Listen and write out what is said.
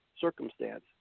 circumstance